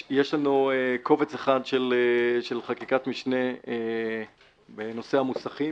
יש לנו קובץ אחד של חקיקת משנה בנושא המוסכים,